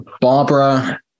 Barbara